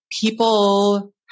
people